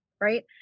right